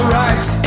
rights